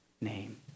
name